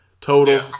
Total